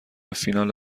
فینال